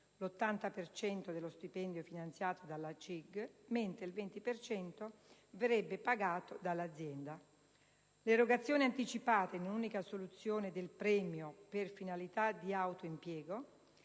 cento dello stipendio finanziato dalla CIG, mentre il 20 per cento verrebbe pagato dall'azienda); l'erogazione anticipata in un'unica soluzione del premio per finalità di auto-impiego;